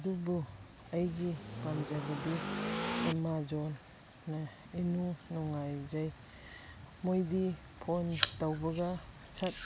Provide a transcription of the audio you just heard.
ꯑꯗꯨꯕꯨ ꯑꯩꯒꯤ ꯄꯥꯝꯖꯕꯗꯤ ꯑꯥꯃꯥꯖꯣꯟꯅ ꯏꯅꯨꯡ ꯅꯨꯡꯉꯥꯏꯖꯩ ꯃꯣꯏꯗꯤ ꯐꯣꯟ ꯇꯧꯕꯒ ꯁꯠ